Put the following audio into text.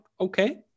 okay